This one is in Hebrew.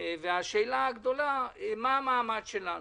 - השאלה הגדולה מה המעמד שלנו.